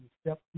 step